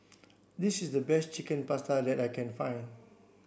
this is the best Chicken Pasta that I can find